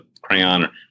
crayon